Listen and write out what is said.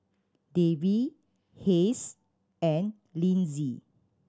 Davy Hays and Linzy